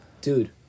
dude